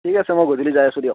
ঠিক আছে মই গধূলি যাই আছোঁ দিয়ক